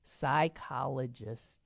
psychologists